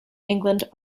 england